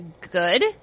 good